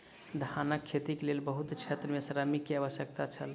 धानक खेतीक लेल बहुत क्षेत्र में श्रमिक के आवश्यकता छल